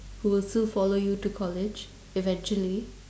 who will still follow you to college eventually